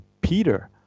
Peter